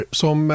som